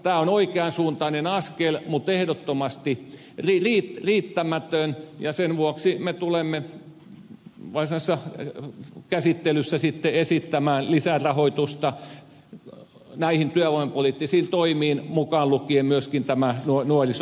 tämä on oikean suuntainen askel mutta ehdottomasti riittämätön ja sen vuoksi me tulemme varsinaisessa käsittelyssä sitten esittämään lisärahoitusta näihin työvoimapoliittisiin toimiin mukaan lukien myöskin tämän nuorisotyöttömyys